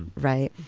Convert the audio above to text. right.